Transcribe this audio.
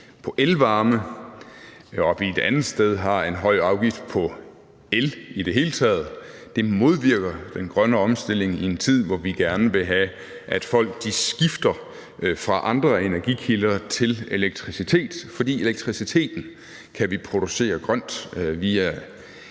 på elvarme, og at vi et andet sted i det hele taget har en høj afgift på el, modvirker den grønne omstilling i en tid, hvor vi gerne vil have, at folk skifter fra andre energikilder til elektricitet, fordi vi kan producere